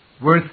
worth